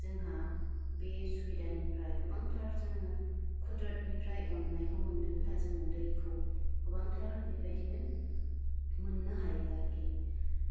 जोंहा बे सुबिदा निफ्राय गोबांथार जोङो खुदराद निफ्राय आननायखौ मोनदों दा जोङो दै खौ गोबांथार बिबादिनो मोननो हायो आरोखि